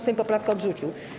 Sejm poprawkę odrzucił.